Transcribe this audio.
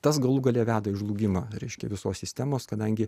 tas galų gale veda į žlugimą reiškia visos sistemos kadangi